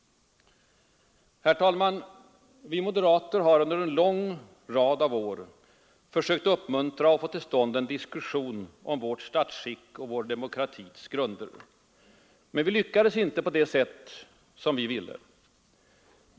Herr talman! Vi moderater har under en lång rad av år försökt uppmuntra och få till stånd en diskussion om vårt statsskick och vår demokratis grunder. Men vi lyckades inte på det sätt vi ville.